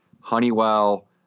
Honeywell